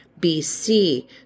BC